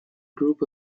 group